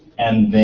and then